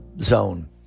zone